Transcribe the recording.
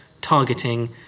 targeting